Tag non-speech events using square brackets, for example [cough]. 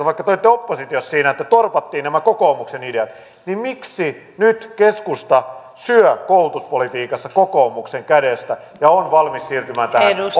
[unintelligible] vaikka te olitte oppositiossa siinä että torpattiin nämä kokoomuksen ideat miksi nyt keskusta syö koulutuspolitiikassa kokoomuksen kädestä ja on valmis siirtymään